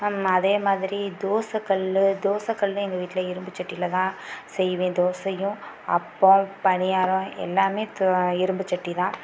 அதே மாதிரி தோசைக்கல் தோசைக்கல்லும் எங்கள் வீட்டில் இரும்பு சட்டிலதான் செய்வேன் தோசையும் அப்பம் பணியாரம் எல்லாமே இரும்பு சட்டிதான்